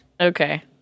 Okay